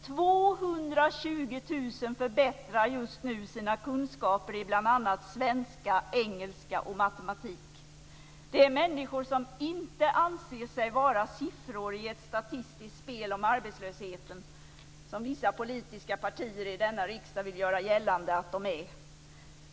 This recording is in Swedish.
220 000 människor förbättrar sina kunskaper i bl.a. svenska, engelska och matematik. Det är människor som inte anser sig vara siffror i ett statistiskt spel om arbetslösheten, som vissa politiska partier i denna riksdag vill göra gällande att de är.